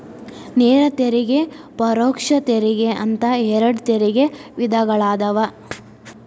ನೇರ ತೆರಿಗೆ ಪರೋಕ್ಷ ತೆರಿಗೆ ಅಂತ ಎರಡ್ ತೆರಿಗೆ ವಿಧಗಳದಾವ